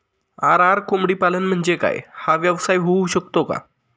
RR कोंबडीपालन म्हणजे काय? हा व्यवसाय होऊ शकतो का?